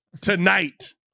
tonight